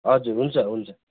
हजुर हुन्छ हुन्छ